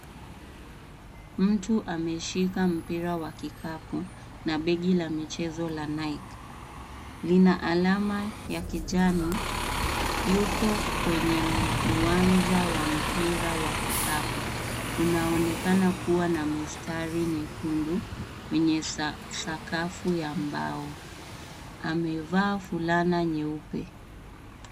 Mtu ameshika mpira wa kikapu na begi la michezo la Nike. Lina alama ya kijani. Yuko kwenye uwanja wa mpira wa kikapu. Unaonekana kuwa na mistari nyekundu wenye sa- sakafu ya mbao. Amevaa fulana nyeupe.